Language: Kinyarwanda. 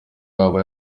haba